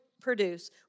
produce